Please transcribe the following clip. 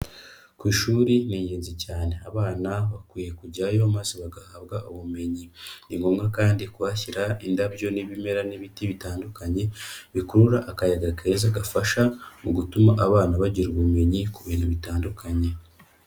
Ku ishuri ni ingenzi cyane abana bakwiye kujyayo maze bagahabwa ubumenyi, ni ngombwa kandi kuhashyira indabyo n'ibimera n'ibiti bitandukanye, bikurura akayaga keza gafasha mu gutuma abana bagira ubumenyi ku bintu bitandukanye.